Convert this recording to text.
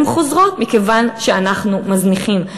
הן חוזרות מכיוון שאנחנו מזניחים,